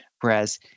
Whereas